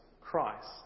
Christ